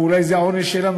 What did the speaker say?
ואולי זה העונש שלנו,